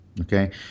okay